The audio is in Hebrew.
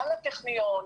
גם לטכניון,